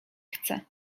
chcę